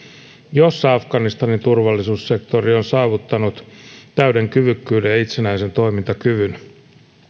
jossa afganistanin turvallisuussektori on saavuttanut täyden kyvykkyyden ja itsenäisen toimintakyvyn